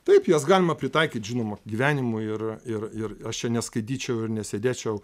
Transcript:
taip jas galima pritaikyt žinoma gyvenimui ir ir ir aš čia neskaityčiau ir nesėdėčiau